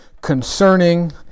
concerning